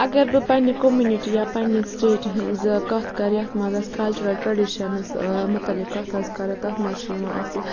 اگر بہٕ پَننہِ کومِنِٹی یا پَننہِ سِٹیت ہٕنٛز کَتھ کَرٕ یَتھ مَنٛز اَسہِ کَلچِرَل ٹریڑِشَنٕز متعلق کَتھ آسہِ کرٕنۍ تَتھ مَنٛز چھُ یِوان اَسہِ